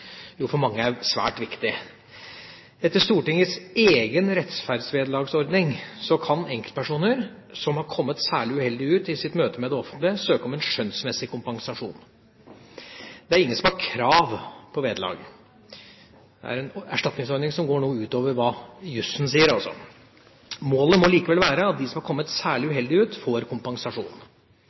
for mange er svært viktig. Etter Stortingets egen rettferdsvederlagsordning kan enkeltpersoner som har kommet særlig uheldig ut i sitt møte med det offentlige, søke om en skjønnsmessig kompensasjon. Det er ingen som har krav på vederlag. Det er altså en erstatningsordning som går noe utover hva jusen sier. Målet må likevel være at de som har kommet særlig uheldig ut, får kompensasjon.